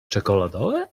czekoladowe